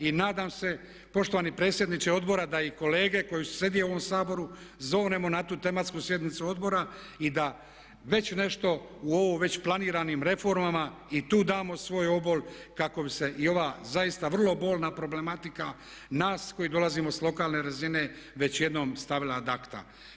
I nadam se poštovani predsjedniče odbora da i kolege koje sjede u ovom Saboru zovnemo na tu tematsku sjednicu odbora i da već nešto u ovo već planiranim reformama i tu damo svoj obol kako bi se i ova zaista vrlo bolna problematika nas koji dolazimo sa lokalne razine već jednom stavila ad acta.